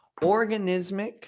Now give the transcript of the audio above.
organismic